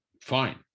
fine